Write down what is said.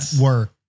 work